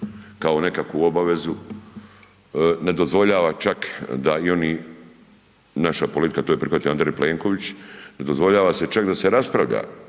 kao nekakvu obavezu, ne dozvoljava čak da i oni, naša politika, to je prihvatio Andrej Plenković, .../Govornik se ne razumije./... čak da se raspravlja